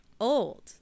old